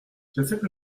j’accepte